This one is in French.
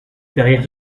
derrière